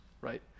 right